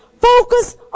Focus